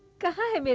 kanha! i mean